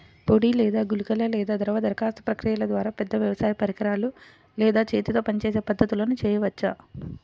పొడి లేదా గుళికల లేదా ద్రవ దరఖాస్తు ప్రక్రియల ద్వారా, పెద్ద వ్యవసాయ పరికరాలు లేదా చేతితో పనిచేసే పద్ధతులను చేయవచ్చా?